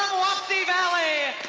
valley,